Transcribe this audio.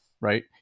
right